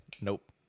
nope